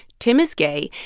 tim is gay,